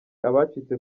abacitse